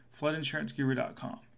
FloodInsuranceGuru.com